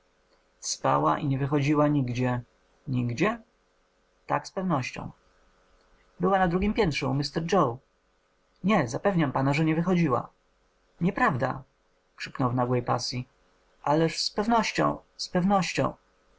spała i nie wychodziła nigdzie nigdzie tak z pewnością była na drugiem piętrze u mr joe nie zapewniam pana że nie wychodziła nieprawda krzyknął w nagłej pasji ależ z pewnością z pewnością